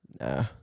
Nah